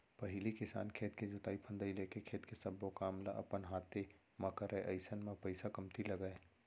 पहिली किसान खेत के जोतई फंदई लेके खेत के सब्बो काम ल अपन हाते म करय अइसन म पइसा कमती लगय